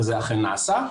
וזה אכן נעשה,